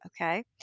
Okay